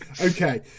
Okay